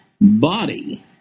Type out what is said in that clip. body